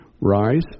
rise